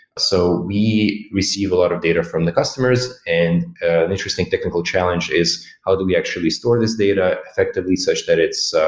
so, we receive a lot of data from the customers, and an interesting technical challenge is how do we actually store this data effectively such that it's